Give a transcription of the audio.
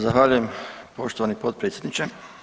Zahvaljujem poštovani potpredsjedniče.